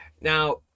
now